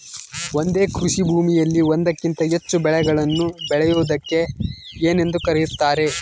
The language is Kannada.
ಒಂದೇ ಕೃಷಿಭೂಮಿಯಲ್ಲಿ ಒಂದಕ್ಕಿಂತ ಹೆಚ್ಚು ಬೆಳೆಗಳನ್ನು ಬೆಳೆಯುವುದಕ್ಕೆ ಏನೆಂದು ಕರೆಯುತ್ತಾರೆ?